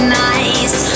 nice